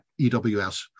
EWS